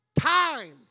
time